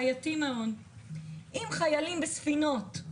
אם חיילים בספינות,